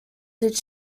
did